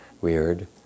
weird